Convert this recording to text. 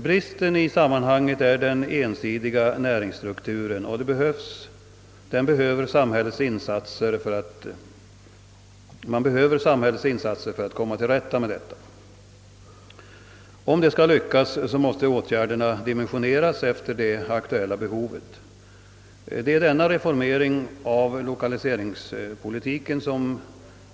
Bristen i sammanhanget är den ensidiga näringsstrukturen, och den behövs det samhällets insatser för att komma till rätta med. Om detta skall lyckas måste dock åtgärderna dimensioneras efter det aktuella behovet. Det är denna reformering av lokaliseringspolitiken som